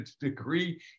degree